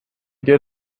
did